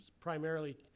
primarily